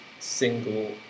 single